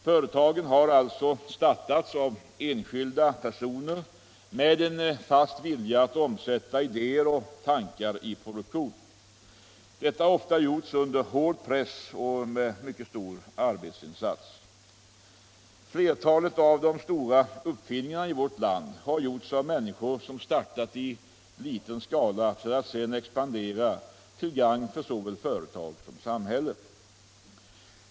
Företagen har alltså startats av enskilda personer med en fast vilja att omsätta idéer och tankar i produktion. Detta har ofta gjorts under hård press och med mycket stor arbetsinsats. Flertalet av de stora uppfinningarna i vårt land har gjorts av människor som startat i liten skala för att sedan expandera till gagn för såväl företag som samhälle.